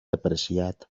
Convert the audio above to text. apreciat